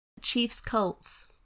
Chiefs-Colts